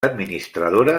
administradora